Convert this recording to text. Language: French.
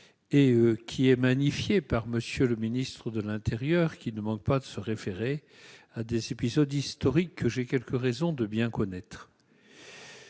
qui est magnifiée par la réponse de M. le ministre de l'intérieur, lequel ne manque pas de se référer à des épisodes historiques que j'ai quelques raisons de bien connaître.